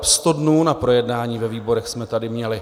Sto dnů na projednání ve výborech jsme tady měli.